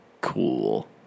cool